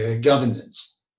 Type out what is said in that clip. governance